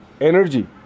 energy